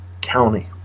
County